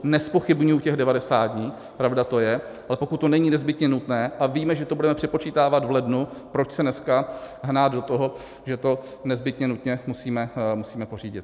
Nezpochybňuji těch 90 dní, pravda to je, ale pokud to není nezbytně nutné, a víme, že to budeme přepočítávat v lednu, proč se dneska hnát do toho, že to nezbytně nutně musíme pořídit.